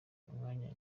umwanya